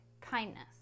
kindness